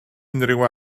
unrhyw